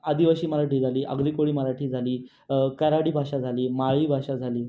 आदिवासी मराठी झाली आगरी कोळी मराठी झाली कऱ्हाडी भाषा झाली माळी भाषा झाली